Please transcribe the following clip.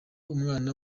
umwana